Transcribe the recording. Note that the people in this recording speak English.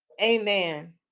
Amen